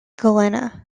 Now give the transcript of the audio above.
galena